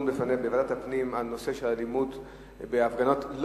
בוועדת הפנים על נושא אלימות בהפגנות,